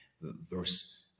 verse